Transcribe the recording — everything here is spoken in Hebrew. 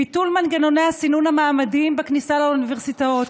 ביטול מנגנוני הסינון המעמדיים בכניסה לאוניברסיטאות,